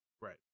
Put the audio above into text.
right